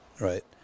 right